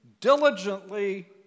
diligently